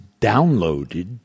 downloaded